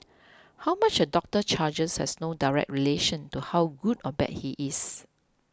how much a doctor charges has no direct relation to how good or bad he is